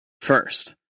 first